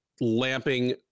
lamping